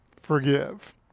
forgive